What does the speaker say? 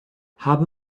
habe